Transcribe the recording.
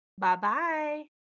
Bye-bye